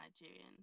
Nigerian